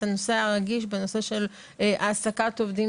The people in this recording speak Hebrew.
את הנושא הרגיש בנושא של העסקת עובדים